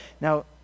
Now